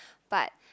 but